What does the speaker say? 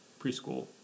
preschool